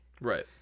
Right